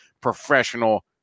professional